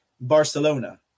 Barcelona